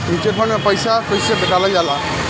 Mutual fund मे पईसा कइसे डालल जाला?